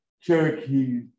Cherokee